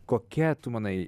kokia tu manai